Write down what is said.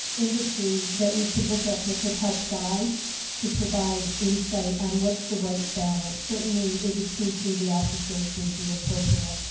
industry we could look at that could help guide to provide insight on what's the right balance. certainly, it would seem to me the officers would be appropriate